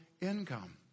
income